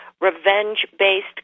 revenge-based